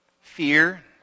fear